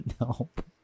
Nope